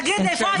תגיד לי.